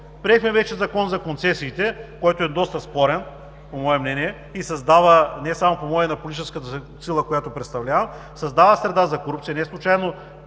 Приехме вече Закон за концесиите, който е доста спорен по мое мнение, и създава, не само по мое, но и на политическата сила, която представлявам, среда за корупция. Неслучайно